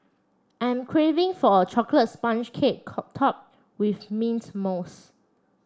I'm craving for a chocolate sponge cake topped with mint mousse